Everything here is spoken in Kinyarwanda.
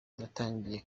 natangiye